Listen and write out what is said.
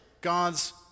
God's